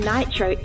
Nitro